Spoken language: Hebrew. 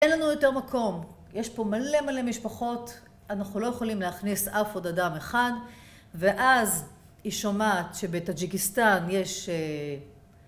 אין לנו יותר מקום, יש פה מלא מלא משפחות, אנחנו לא יכולים להכניס אף עוד אדם אחד ואז היא שומעת שבתאג'יקיסטאן יש...